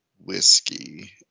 whiskey